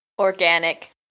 Organic